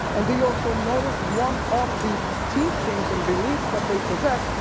and do you also notice one of the teachings and beliefs that they possess,